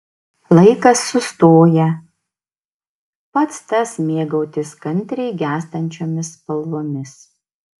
laikas sustoja pats tas mėgautis kantriai gęstančiomis spalvomis